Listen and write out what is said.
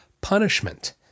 punishment